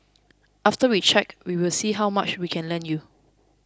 after we check we will see how much we can lend you